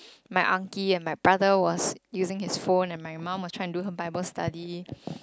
my uncle and my brother was using his phone and my mum was trying to do her Bible studies